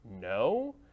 No